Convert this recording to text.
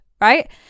right